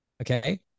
Okay